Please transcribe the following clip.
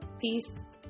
Peace